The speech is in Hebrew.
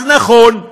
אז נכון,